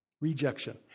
Rejection